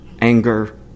anger